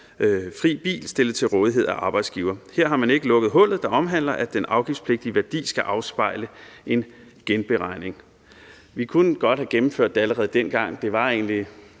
fri bil stillet til rådighed af arbejdsgiver. Her har man ikke lukket hullet, der omhandler, at den afgiftspligtige værdi skal afspejle en genberegning. Vi kunne godt have gennemført det allerede dengang. Det var egentlig